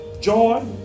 Joy